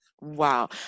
Wow